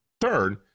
Third